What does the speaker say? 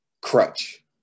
crutch